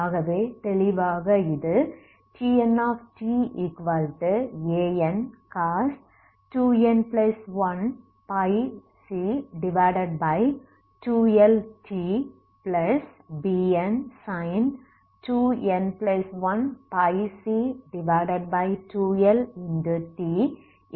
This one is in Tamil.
ஆகவே தெளிவாக இது TntAncos 2n1πc2L tBnsin 2n1πc2L t என்று கொடுக்கிறது